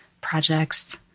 projects